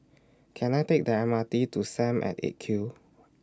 Can I Take The M R T to SAM At eight Q